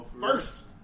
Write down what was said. First